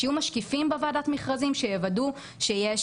שיהיו משקיפים בוועדת המכרזים שיוודאו שיש